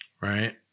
right